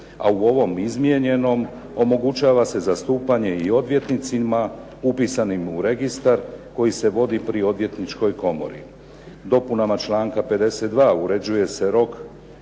a u ovom izmijenjenom omogućava se zastupanje i odvjetnicima upisani u registar koji se vodi pri Odvjetničkoj komori. Dopunama članka 52. uređuje se rok